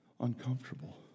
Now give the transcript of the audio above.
uncomfortable